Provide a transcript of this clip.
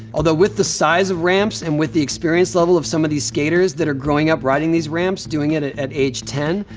although with the size of ramps and with the experience level of some of these skaters that are growing up riding these ramps, doing it it at age ten,